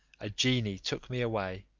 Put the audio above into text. a genie took me away.